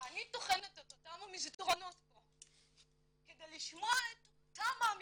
ואני טוחנת את אותם המסדרונות פה כדי לשמוע את אותן האמירות,